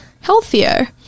healthier